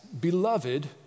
beloved